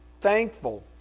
thankful